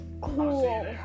cool